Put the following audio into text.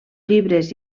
llibres